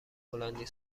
هلندی